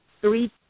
three